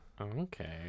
okay